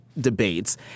debates